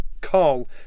Carl